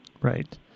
Right